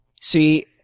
See